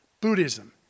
Buddhism